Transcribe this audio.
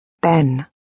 Ben